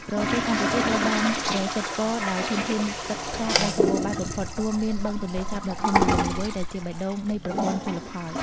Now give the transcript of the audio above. ប្រទេសកម្ពុជាត្រូវបានប្រសិទ្ធពរដោយធនធានទឹកសាបដ៏សម្បូរបែបបំផុត រួមមានបឹងទន្លេសាបដ៏ធំល្វឹងល្វើយ ដែលជាបេះដូងនៃប្រព័ន្ធជលផល។